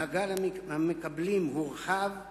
מעגל המקבלים הורחב,